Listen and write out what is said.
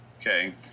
Okay